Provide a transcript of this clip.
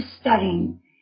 studying